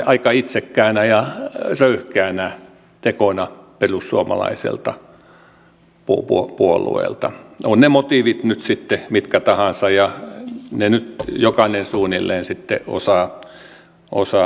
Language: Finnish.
aika itsekkäänä ja röyhkeänä tekona perussuomalaiselta puolueelta ovat ne motiivit nyt sitten mitkä tahansa ja ne nyt jokainen suunnilleen sitten osaa arvata